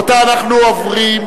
רבותי, אנחנו עוברים,